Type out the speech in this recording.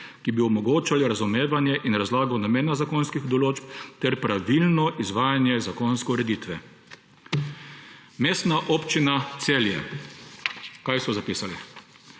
ki bi omogočale razumevanje in razlago namena zakonskih določb ter pravilno izvajanje zakonske ureditve.« Mestna občina Celje. Kaj so zapisali?